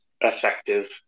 effective